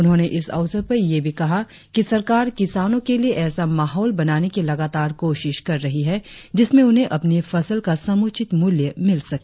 उन्होंने इस अवसर पर यह भी कहा कि सरकार किसानों के लिए ऐसा माहौल बनाने की लगातार कौशिश कर रही है जिसमें उन्हें अपनी फसल का समुचित मूल्य मिल सके